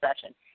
session